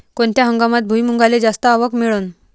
कोनत्या हंगामात भुईमुंगाले जास्त आवक मिळन?